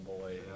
boy